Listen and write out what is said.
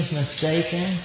mistaken